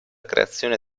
creazione